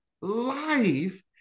life